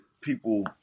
people